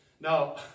Now